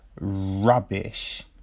rubbish